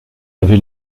avait